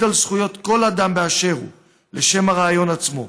על זכויות כל אדם באשר הוא בשם הרעיון עצמו,